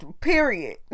period